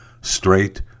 straight